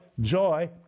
joy